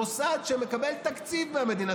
מוסד שמקבל תקציב מהמדינה,